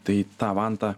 tai tą vantą